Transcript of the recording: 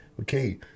Okay